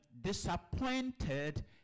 disappointed